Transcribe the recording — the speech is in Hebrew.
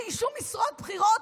שאיישו משרות בכירות